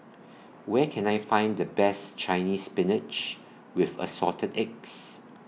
Where Can I Find The Best Chinese Spinach with Assorted Eggs